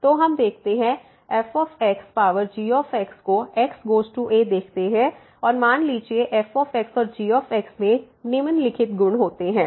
तो हम देखते हैं fxgको x गोज़ टू a देखते हैं और मान लीजिए f और g में निम्नलिखित गुण होते हैं